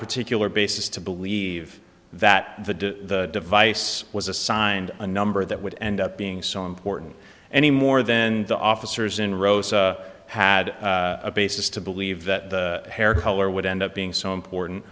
particular basis to believe that the device was assigned a number that would end up being so important anymore then the officers in rows had a basis to believe that the hair color would end up being so important